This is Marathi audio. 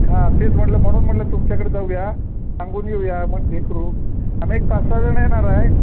हां तेच म्हणलं म्हणून म्हणलं तुमच्याकडं जाऊया सांगून येऊया मग हे करू आम्ही एक पाच सहाजण येणार आहे